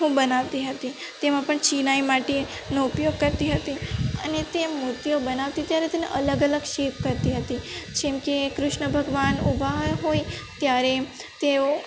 હું બનાવતી હતી તેમાં પણ ચિનાઈ માટી નો ઉપયોગ કરતી હતી અને તે મૂર્તિઓ બનાવતી તી અને તેને અલગ અલગ શેપ કરતી હતી જેમકે ક્રિશ્ન ભગવાન ઊભા હોય ત્યારે તેઓ